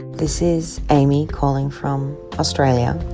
this is amy calling from australia,